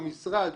המשרד